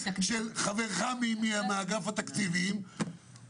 של חברך מאגף התקציבים.